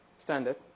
standard